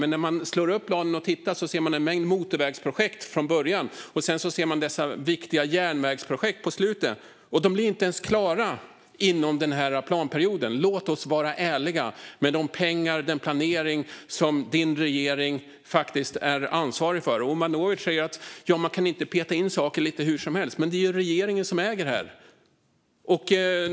Men när man slår upp planen ser man först en mängd motorvägsprojekt, och sedan ser man dessa viktiga järnvägsprojekt på slutet - och de blir inte ens klara inom den här planperioden. Låt oss vara ärliga med de pengar och den planering som din regering faktiskt är ansvarig för! Omanovic säger att man inte kan peta in saker lite hur som helst. Men det är ju regeringen som äger detta.